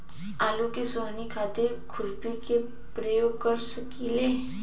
आलू में सोहनी खातिर खुरपी के प्रयोग कर सकीले?